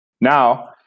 Now